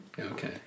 Okay